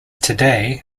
today